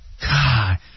God